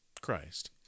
Christ